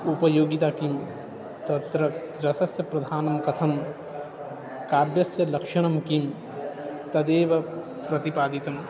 उपयोगिता किं तत्र रसस्य प्रधानं कथं काव्यस्य लक्षणं किं तदेव प्रतिपादितं